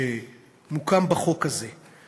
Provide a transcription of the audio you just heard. שמוקם בחוק הזה,